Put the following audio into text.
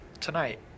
tonight